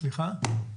סליחה?